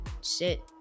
sit